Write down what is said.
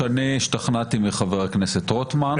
אני השתכנעתי מחבר הכנסת רוטמן...